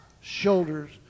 shoulders